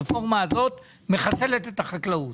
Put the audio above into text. הרפורמה הזאת מחסלת את החקלאות.